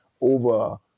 over